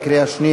נתקבל.